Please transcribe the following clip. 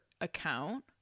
account